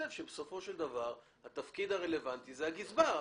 בסופו של דבר התפקיד הרלוונטי הוא של הגזבר.